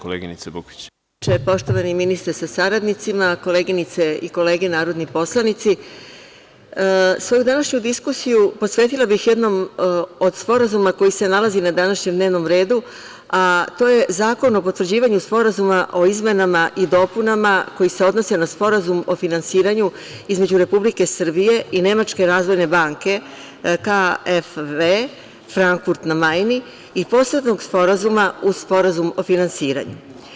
Poštovani predsedavajući, poštovani ministre sa saradnicima, koleginice i kolege narodni poslanici, svoju današnju diskusiju posvetila bih jednom od sporazuma koji se nalazi na današnjem dnevnom redu, a to je zakon o potvrđivanju Sporazuma o izmenama i dopunama koji se odnosi na Sporazum o finansiranju između Republike Srbije i Nemačke razvojne banke KFW, Frankfurt na Majni i posebnog sporazuma uz Sporazum o finansiranju.